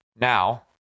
Now